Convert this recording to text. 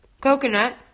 coconut